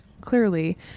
clearly